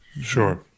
Sure